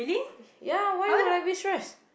ya why would I be stressed